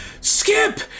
Skip